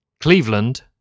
Cleveland